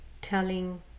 telling